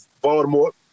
Baltimore